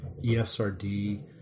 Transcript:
ESRD